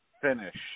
finish